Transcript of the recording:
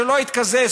שלא יתקזז,